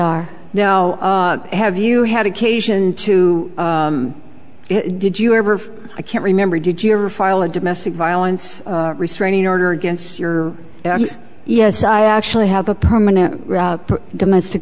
are now have you had occasion to it did you ever i can't remember did you ever file a domestic violence restraining order against your yes i actually have a permanent domestic